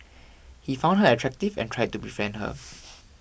he found her attractive and tried to befriend her